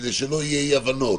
כדי שלא יהיו אי-הבנות,